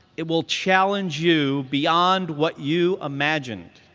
it will challenge you beyond what you imagine.